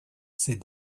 said